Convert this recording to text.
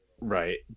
right